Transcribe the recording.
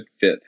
fit